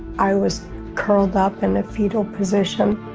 i was curled up in a fetal position.